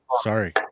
sorry